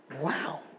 Wow